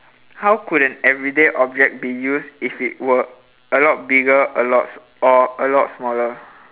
how could an everyday object be used if it were a lot bigger a lot or a lot smaller